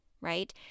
right